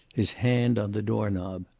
his hand on the door-knob.